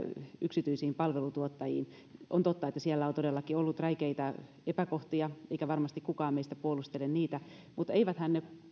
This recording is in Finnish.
yksityisistä palvelutuottajista on totta että siellä on todellakin ollut räikeitä epäkohtia eikä varmasti kukaan meistä puolustele niitä mutta eiväthän ne